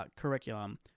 curriculum